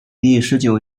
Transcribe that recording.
第十九